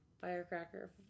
firecracker